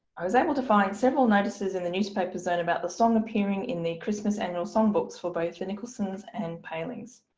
i was able to find several notices in the newspaper zone about the song appearing in the christmas annual song books for both nicholson's and palings.